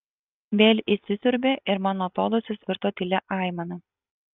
vėl įsisiurbė ir mano atodūsis virto tylia aimana